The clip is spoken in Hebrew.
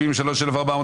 רוויזיה מס' 70,